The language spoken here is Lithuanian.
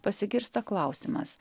pasigirsta klausimas